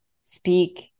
speak